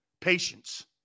Patience